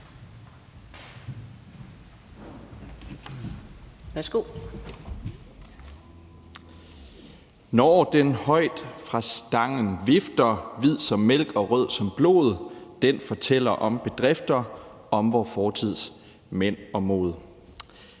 »Naar den højt fra Stangen vifter/hvid som Mælk og rød som Blod,/den fortæller om Bedrifter,/om vor Fortids Mænd og Mod.«